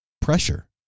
pressure